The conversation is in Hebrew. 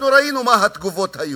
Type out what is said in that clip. אנחנו ראינו מה היו התגובות.